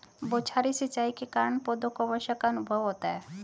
बौछारी सिंचाई के कारण पौधों को वर्षा का अनुभव होता है